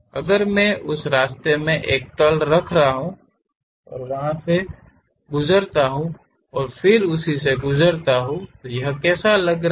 अगर मैं उस रास्ते में एक तल रख रहा हूँ तो वहाँ से गुज़रता हूँ और फिर उसी से गुज़रता हूँ यह कैसा लग रहा है